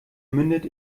mündet